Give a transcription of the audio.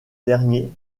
dernier